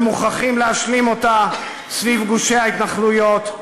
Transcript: ומוכרחים להשלים אותה סביב גושי ההתנחלויות,